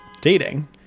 dating